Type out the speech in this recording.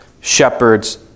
shepherds